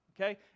Okay